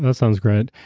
and sounds great.